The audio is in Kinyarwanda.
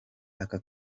aka